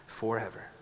forever